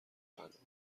پناهگاه